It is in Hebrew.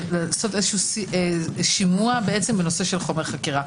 לעשות שימוע בנושא חומר חקירה.